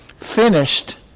finished